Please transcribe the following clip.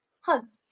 Husband